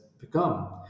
become